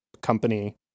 company